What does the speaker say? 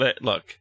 look